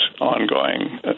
ongoing